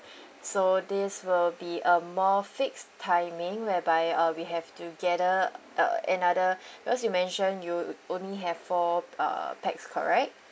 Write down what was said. so this will be a more fixed timing whereby uh we have to gather uh another because you mentioned you only have four uh pax correct